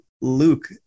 Luke